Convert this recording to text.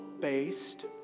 based